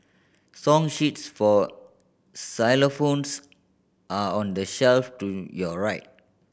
song sheets for xylophones are on the shelf to your right